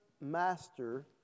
Master